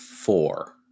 Four